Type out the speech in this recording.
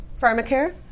Pharmacare